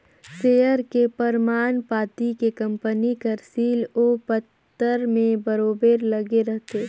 share के परमान पाती में कंपनी कर सील ओ पतर में बरोबेर लगे रहथे